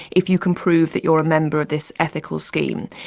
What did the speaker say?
if you can prove that you're a member of this ethical scheme.